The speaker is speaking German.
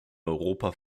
europa